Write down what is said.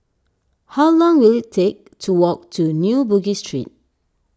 how long will it take to walk to New Bugis Street